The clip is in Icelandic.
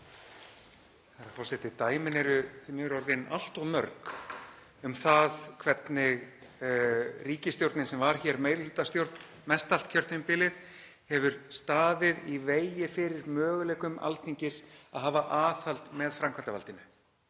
Herra forseti. Dæmin eru því miður orðin allt of mörg um það hvernig ríkisstjórnin, sem var hér meirihlutastjórn mest allt kjörtímabilið, hefur staðið í vegi fyrir möguleikum Alþingis að hafa aðhald með framkvæmdarvaldinu.